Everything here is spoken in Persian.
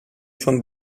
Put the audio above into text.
چون